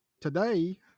Today